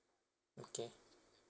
okay